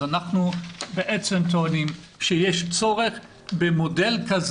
אז אנחנו בעצם טוענים שיש צורך במודל הזה